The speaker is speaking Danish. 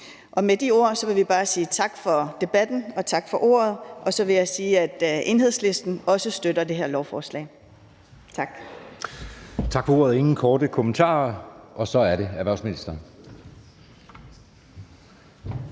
Og med de ord vil vi bare sige tak for debatten og tak for ordet. Og så vil jeg sige, at Enhedslisten også støtter det her lovforslag. Tak. Kl. 17:47 Anden næstformand (Jeppe Søe): Tak for det. Der er ingen